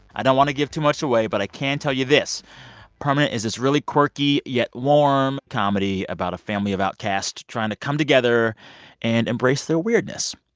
i don't want to give too much away, but i can tell you this permanent is this really quirky, yet warm comedy about a family of outcasts trying to come together and embrace their weirdness.